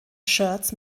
shirts